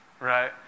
Right